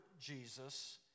Jesus